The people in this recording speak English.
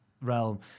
realm